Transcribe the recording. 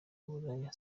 uburaya